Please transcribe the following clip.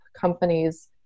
companies